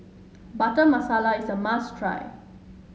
Butter Masala is a must try